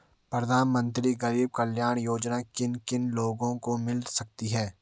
प्रधानमंत्री गरीब कल्याण योजना किन किन लोगों को मिल सकती है?